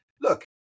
look